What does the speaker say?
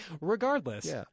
regardless